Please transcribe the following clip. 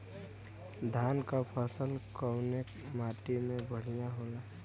धान क फसल कवने माटी में बढ़ियां होला?